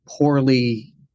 poorly